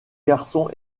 garçons